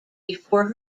before